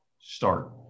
start